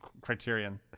criterion